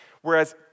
whereas